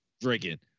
drinking